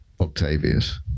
Octavius